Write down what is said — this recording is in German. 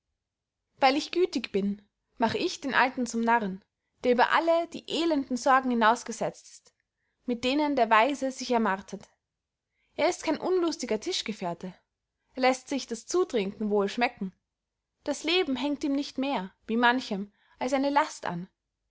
weil ich gütig bin mach ich den alten zum narren der über alle die elenden sorgen hinausgesetzt ist mit denen der weise sich ermartert er ist kein unlustiger tischgefehrte läßt sich das zutrinken wohl schmecken das leben hängt ihm nicht mehr wie manchem als eine last an